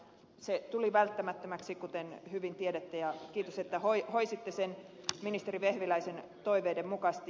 se tuli välttämättömäksi kuten hyvin tiedätte ja kiitos että hoiditte sen ministeri vehviläisen toiveiden mukaisesti